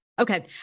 Okay